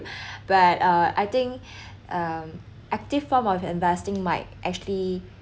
but uh I think um active form of investing might actually